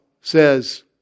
says